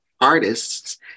artists